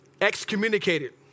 Excommunicated